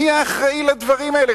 מי האחראי לדברים האלה?